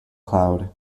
cloud